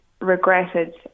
regretted